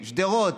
שדרות,